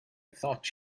thought